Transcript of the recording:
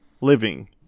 living